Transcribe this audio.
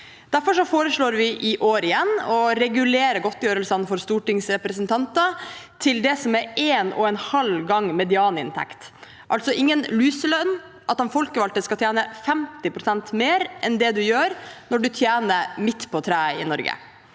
Derfor foreslår vi i år igjen å regulere godtgjørelsene for stortingsrepresentanter til det som er en og en halv gang medianinntekt, altså ingen luselønn, at de folkevalgte skal tjene 50 pst. mer enn det en gjør når en tjener midt på treet i Norge,